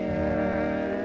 ah